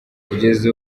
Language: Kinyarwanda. kugeza